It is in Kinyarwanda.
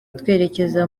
twerekeza